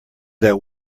that